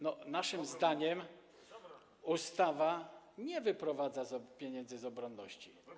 Naszym zdaniem ustawa nie wyprowadza pieniędzy z obronności.